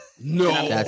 No